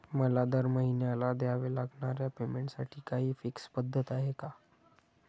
मला दरमहिन्याला द्यावे लागणाऱ्या पेमेंटसाठी काही फिक्स पद्धत आहे का?